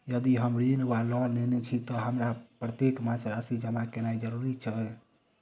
यदि हम ऋण वा लोन लेने छी तऽ हमरा प्रत्येक मास राशि जमा केनैय जरूरी छै?